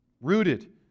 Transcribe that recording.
rooted